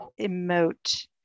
emote